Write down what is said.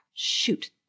Shoot